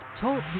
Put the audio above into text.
Talk